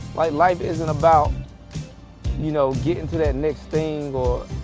like life isn't about you know getting to that next thing or